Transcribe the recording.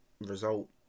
result